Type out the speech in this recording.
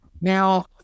Now